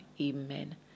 amen